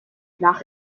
nach